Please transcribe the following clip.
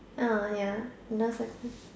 uh ya enough already